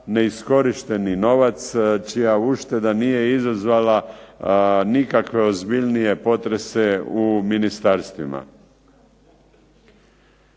neiskorišteni novac čija ušteda nije izazvala nikakve ozbiljnije potrese u ministarstvima.